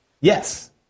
Yes